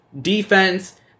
defense